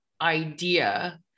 idea